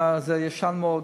זה ישן מאוד.